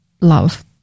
love